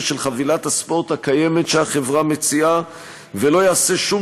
של חבילת הספורט הקיימת שהחברה מציעה ולא ייעשה שום